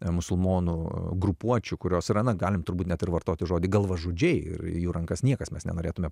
musulmonų grupuočių kurios yra na galim turbūt net ir vartoti žodį galvažudžiai ir į jų rankas niekas mes nenorėtume